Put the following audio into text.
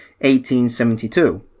1872